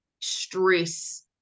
stress